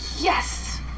Yes